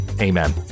Amen